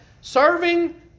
Serving